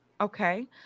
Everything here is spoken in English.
Okay